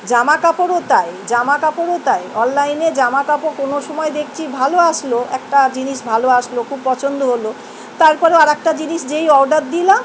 জামাকাপড়ও তাই জামাকাপড়ও তাই অনলাইনে জামাকাপড় কোনো সময় দেখছি ভালো আসলো একটা জিনিস ভালো আসলো খুব পছন্দ হল তারপরে আরেকটা জিনিস যেই অর্ডার দিলাম